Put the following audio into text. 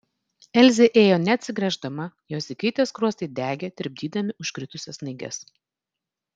elzė ėjo neatsigręždama jos įkaitę skruostai degė tirpdydami užkritusias snaiges